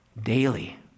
daily